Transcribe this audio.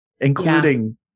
Including